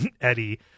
Eddie